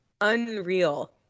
unreal